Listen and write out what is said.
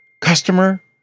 customer